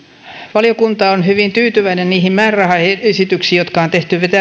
valiokunta on hyvin tyytyväinen niihin määrärahaesityksiin jotka on tehty